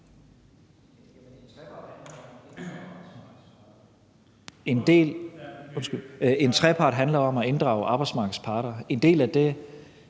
En trepart handler om at inddrage arbejdsmarkedets parter.